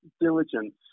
diligence